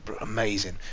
amazing